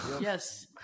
Yes